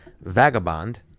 Vagabond